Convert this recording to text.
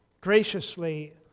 graciously